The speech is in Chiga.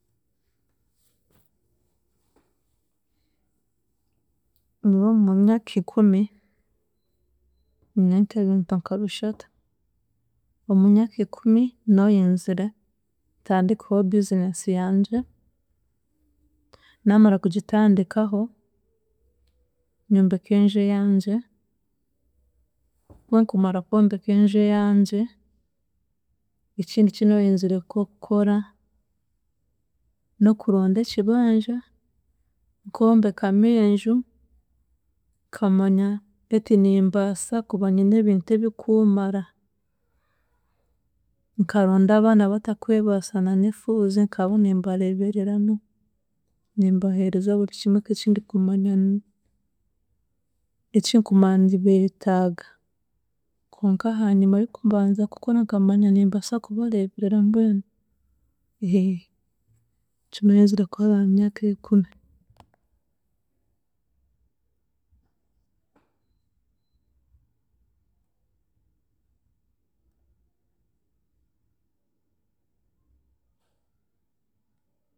Nyowe mu myaka ikumi, nyine nk'ebintu nka bishatu, omumyaka ikumi, nooyenzire ntandikeho business yangye, naamara kugitandikaho nyombeke enju eyangye, kunkumara kwombeka enju eyangye, ekindi eki nooyenzire nk'okukora n'okuronda ekibanja nkombekamu enju, nkamanya heti nimbaasa kuba nyine ebintu ebikuumara, nkaronda abaana abatakwebaasa na n'efuuzi nkaba nimbareebereramu, nimbaheereza buri kimwe nk'ekindikumanya ekinkumanya nibeetaaga. Konka ahaanyima y'okubanza kukora nkamanya nimbaasa kubareeberera mbwenu. Nikyo nooyenzire kukora aha myaka ikumi.